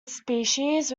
species